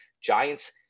Giants